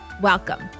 Welcome